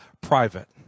private